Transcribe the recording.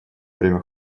время